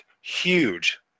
huge